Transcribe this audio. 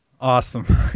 Awesome